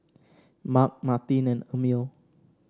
Mark Martine and Emil